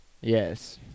Yes